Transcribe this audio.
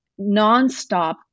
nonstop